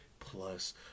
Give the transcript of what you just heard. Plus